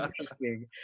interesting